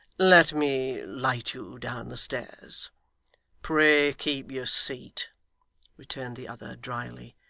let me light you down the stairs pray keep your seat returned the other drily,